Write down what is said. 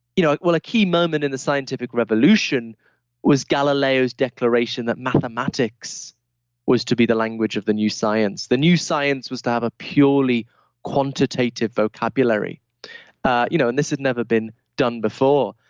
you know a key moment in the scientific revolution was galileo's declaration that mathematics was to be the language of the new science. the new science was to have a purely quantitative vocabulary ah you know and this had never been done before,